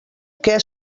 què